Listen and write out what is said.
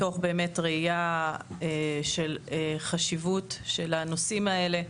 מתוך ראייה של החשיבות של הנושאים האלה,